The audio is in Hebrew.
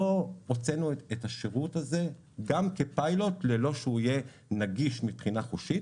לא הוצאנו את השירות הזה גם כפיילוט ללא שהוא יהיה נגיש מבחינה חושית